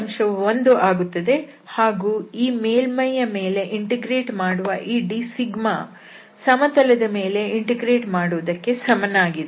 ಈ ಅಂಶವು 1 ಆಗುತ್ತದೆ ಹಾಗೂ ಈ ಮೇಲ್ಮೈಯ ಮೇಲೆ ಇಂಟಿಗ್ರೇಟ್ ಮಾಡುವ ಈ d ಸಮತಲದ ಮೇಲೆ ಇಂಟಿಗ್ರೇಟ್ ಮಾಡುವುದಕ್ಕೆ ಸಮನಾಗಿದೆ